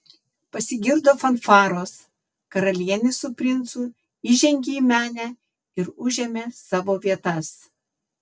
pasigirdo fanfaros karalienė su princu įžengė į menę ir užėmė savo vietas